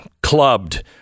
clubbed